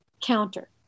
counter